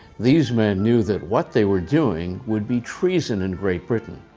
these men knew that what they were doing would be treason in great britain.